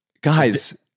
Guys